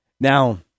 Now